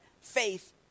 faith